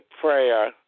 prayer